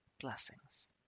blessings